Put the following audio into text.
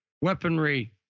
weaponry